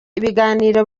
ibiganiro